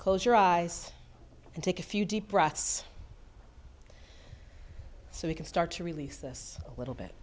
close your eyes and take a few deep breaths so we can start to release this little bit